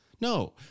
No